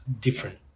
different